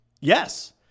Yes